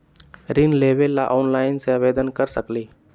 ऋण लेवे ला ऑनलाइन से आवेदन कर सकली?